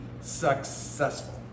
successful